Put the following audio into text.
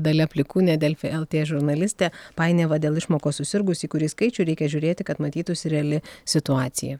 dalia plikūnė delfi lt žurnalistė painiava dėl išmokos susirgus į kurį skaičių reikia žiūrėti kad matytųsi reali situacija